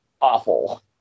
awful